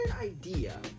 idea